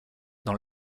dans